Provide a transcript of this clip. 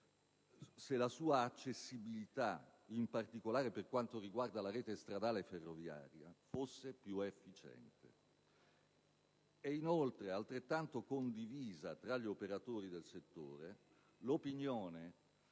se la sua accessibilità, in particolare per quanto riguarda la rete stradale e ferroviaria, fosse più efficiente. È, inoltre, altrettanto condivisa tra gli operatori del settore l'opinione